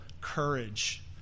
courage